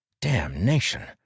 Damnation